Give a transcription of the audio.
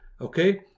okay